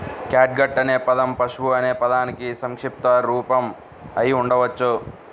catgut అనే పదం పశువు అనే పదానికి సంక్షిప్త రూపం అయి ఉండవచ్చు